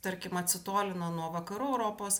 tarkim atsitolina nuo vakarų europos